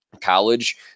college